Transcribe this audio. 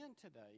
today